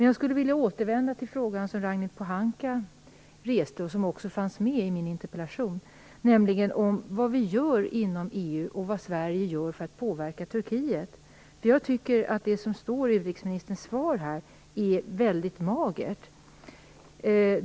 Jag skulle vilja återvända till den fråga som Ragnhild Pohanka reste och som också fanns med i min interpellation, nämligen vad Sverige gör och vad vi gör inom EU för att påverka Turkiet. Jag tycker nämligen att det som står i utrikesministerns svar är väldigt magert.